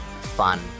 fun